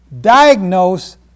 diagnose